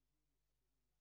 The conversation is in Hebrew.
הובלנו כמה דברים